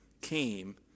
came